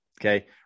Okay